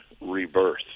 rebirth